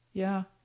yeah.